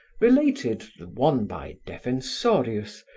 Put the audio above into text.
related, the one by defensorius,